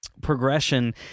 progression